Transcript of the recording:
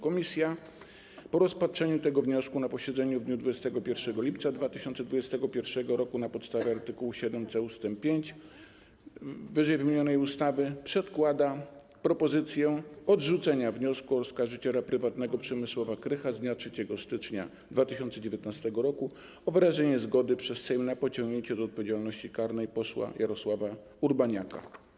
Komisja po rozpatrzeniu tego wniosku na posiedzeniu w dniu 21 lipca 2021 r. na podstawie art. 7c ust. 5 ww. ustawy przedkłada propozycję odrzucenia wniosku oskarżyciela prywatnego Przemysława Krycha z dnia 3 stycznia 2019 r. o wyrażenie zgody przez Sejm na pociągnięcie do odpowiedzialności karnej posła Jarosława Urbaniaka.